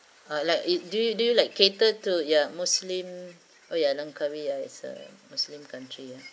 ah like it do you do you like cater to ya muslim oh ya langkawi is a muslim country ya